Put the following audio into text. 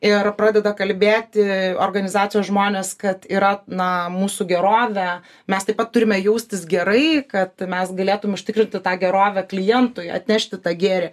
ir pradeda kalbėti organizacijos žmonės kad yra na mūsų gerovė mes taip pat turime jaustis gerai kad mes galėtum užtikrinti tą gerovę klientui atnešti tą gėrį